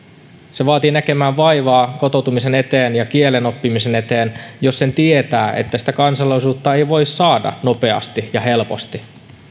se vaatii näkemään vaivaa kotoutumisen eteen ja kielen oppimisen eteen jos sen tietää että sitä kansalaisuutta ei voi saada nopeasti ja helposti